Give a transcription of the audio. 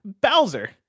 Bowser